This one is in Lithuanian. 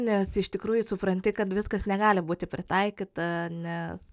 nes iš tikrųjų supranti kad viskas negali būti pritaikyta nes